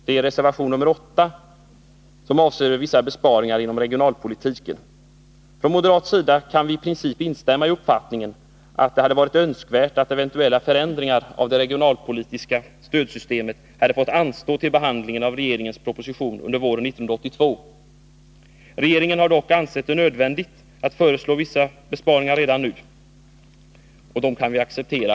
Det är reservation nr 8, som avser vissa ytterligare besparingar inom regionalpolitiken. Från moderat sida kan vi i princip instämma i uppfattningen att det hade varit önskvärt att eventuella förändringar av det regionalpolitiska stödsystemet fått anstå till behandlingen av regeringens proposition under våren 1982. Regeringen har dock ansett det nödvändigt att föreslå vissa besparingar redan nu, och dem kan vi acceptera.